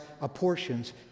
apportions